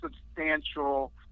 substantial